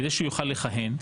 כדי שיוכל לכהן,